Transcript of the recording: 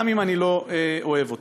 גם אם אני לא אוהב אותה.